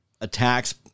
attacks